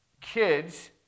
kids